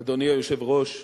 אדוני היושב-ראש,